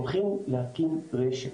הולכים להקים רשת,